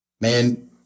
man